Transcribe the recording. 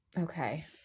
Okay